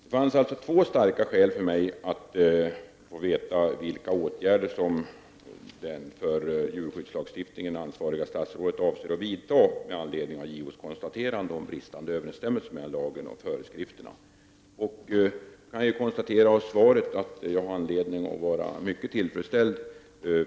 Det fanns alltså två starka skäl för mig att få veta vilka åtgärder det för djurskyddslagstiftningen ansvariga statsrådet avser att vidta med anledning av JOs konstaterande om bristande överensstämmelse mellan lagen och föreskrifterna. Jag kan konstatera av svaret att jag har anledning att vara mycket tillfredsställd.